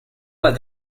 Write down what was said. what